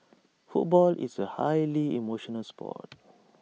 football is A highly emotional Sport